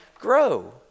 grow